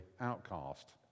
outcast